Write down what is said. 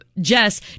Jess